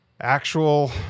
Actual